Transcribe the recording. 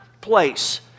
place